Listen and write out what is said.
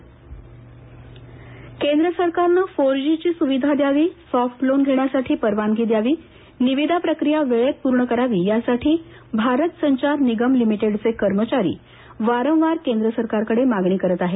BSNL केंद्र सरकारनं four G ची स्विधा द्यावी सॉफ्ट लोन घेण्यासाठी परवागनी द्यावी निविदा प्रक्रिया वेळेत पूर्ण करावी यासाठी भारत संचार निगम लिमिटेडचे कर्मचारी वारंवार केंद्र सरकारकडे मागणी करत आहेत